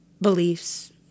beliefs